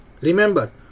Remember